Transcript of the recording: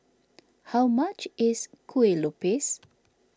how much is Kueh Lopes